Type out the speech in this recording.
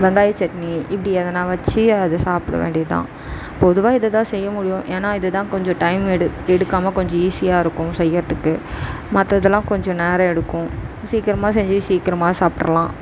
வெங்காய சட்னி இப்படி எதுனா வெச்சி அதை சாப்பிட வேண்டியது தான் பொதுவாக இதை தான் செய்ய முடியும் ஏன்னா இது தான் கொஞ்சம் டைம் எடுக் எடுக்காமல் கொஞ்சம் ஈஸியாக இருக்கும் செய்கிறதுக்கு மற்ற இதெல்லாம் கொஞ்சம் நேரம் எடுக்கும் சீக்கிரமாக செஞ்சு சீக்கிரமாக சாப்பிட்றலாம்